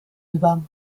über